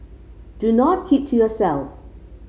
do not keep to yourself